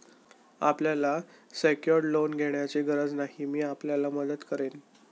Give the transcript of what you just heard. आपल्याला secured loan घेण्याची गरज नाही, मी आपल्याला मदत करेन